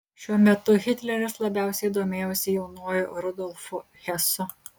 šiuo metu hitleris labiausiai domėjosi jaunuoju rudolfu hesu